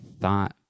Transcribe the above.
thought